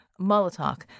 Molotov